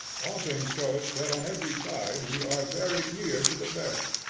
all things show us that on every side we are very near to the best.